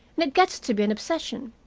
and it gets to be an obsession.